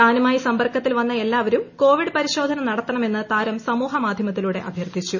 താനുമായി സമ്പർക്കത്തിൽ വന്ന എല്ലാവരും കോവിഡ് പരിശോധന നടത്തണമെന്ന് താരം സാമൂഹ്യ മാധ്യമത്തിലൂടെ അഭ്യർഥിച്ചു